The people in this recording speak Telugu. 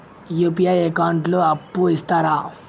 యూ.పీ.ఐ అకౌంట్ లో అప్పు ఇస్తరా?